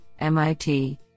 MIT